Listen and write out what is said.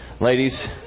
Ladies